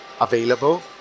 available